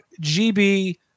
GB